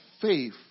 faith